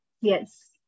yes